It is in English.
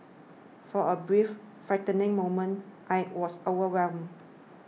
for a brief frightening moment I was overwhelmed